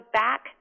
back